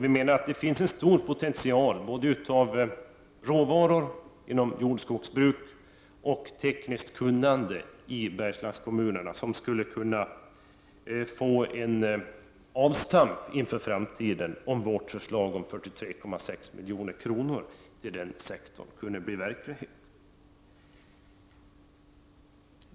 Vi menar att det finns en stor potential av råvaror inom jordoch skogsbruk och tekniskt kunnande i Bergslagskommunerna, som skulle kunna få en avstamp inför framtiden om vårt förslag om 43,6 milj.kr. till den sektorn kunde bli verklighet.